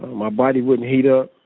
my body wouldn't heat up.